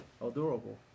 adorable